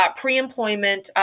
pre-employment